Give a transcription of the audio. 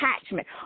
attachment